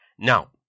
Now